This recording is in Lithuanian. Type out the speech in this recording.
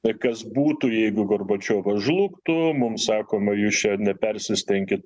tai kas būtų jeigu gorbačiovas žlugtų mums sakoma jūs čia nepersistenkit